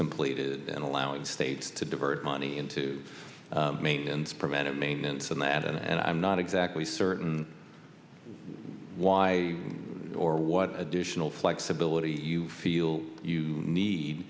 completed and allowing states to divert money into maintenance preventive maintenance and that and i'm not exactly certain why or what additional flexibility you feel you need